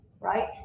right